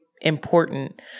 important